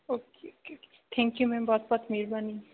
okay okay okay thank you ma'am ਬਹੁਤ ਬਹੁਤ ਮਿਹਰਬਾਨੀ